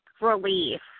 relief